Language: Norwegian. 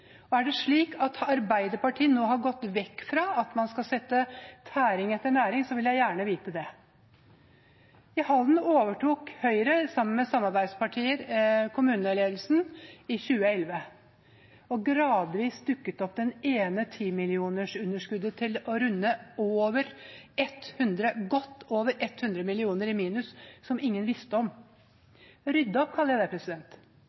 fylke. Er det slik at Arbeiderpartiet nå har gått vekk fra at man skal sette tæring etter næring, så vil jeg gjerne vite det. I Halden overtok Høyre, sammen med samarbeidspartier, kommuneledelsen i 2011. Gradvis dukket det ene 10-millionersunderskuddet etter det andre opp, helt til man kom godt over 100 mill. kr i minus som ingen visste om. Rydde opp, kaller jeg det